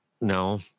No